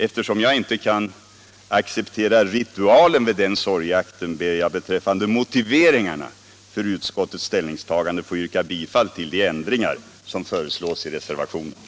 Eftersom jag inte kan acceptera ritualen vid den sorgeakten ber jag beträffande motiveringarna för utskottets ställningstagande att få yrka bifall till reservationen med de ändringar som där föreslås. Miljövårdspoliti